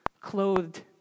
clothed